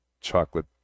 chocolate